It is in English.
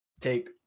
take